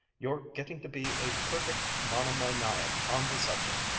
you're getting to be a perfect monomaniac on the subject!